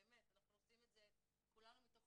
באמת, אנחנו עושים את זה כולנו מתוך